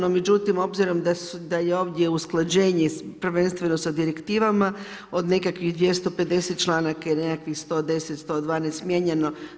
No međutim, obzirom da je ovdje usklađenje prvenstveno sa direktivama od nekakvih 250 članaka i nekakvih 110, 112 mijenjano.